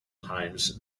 times